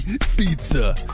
pizza